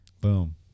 Boom